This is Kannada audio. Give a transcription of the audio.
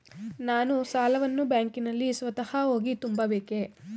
ನಾನು ಸಾಲವನ್ನು ಬ್ಯಾಂಕಿನಲ್ಲಿ ಸ್ವತಃ ಹೋಗಿ ತುಂಬಬೇಕೇ?